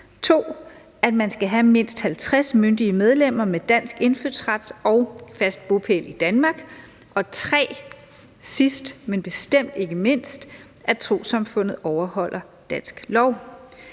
skal man have mindst 50 myndige medlemmer med dansk indfødsret og fast bopæl i Danmark. Sidst, men bestemt ikke mindst, skal trossamfundene overholde dansk lov.